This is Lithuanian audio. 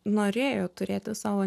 norėjo turėti savo